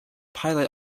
pilot